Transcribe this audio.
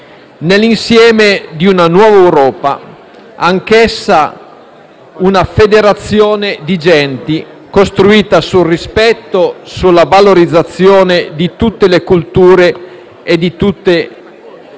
nell'insieme di una nuova Europa, anch'essa una federazione di genti, costruita sul rispetto e sulla valorizzazione di tutte le culture e di tutte le minoranze.